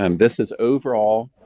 um this is overall